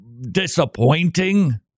disappointing